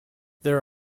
there